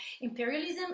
imperialism